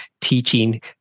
teaching